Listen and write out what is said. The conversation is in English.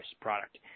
product